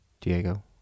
diego